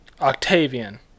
octavian